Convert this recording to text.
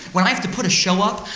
when i have to put a show up,